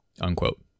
unquote